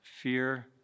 fear